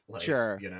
Sure